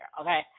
Okay